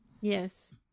Yes